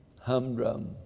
humdrum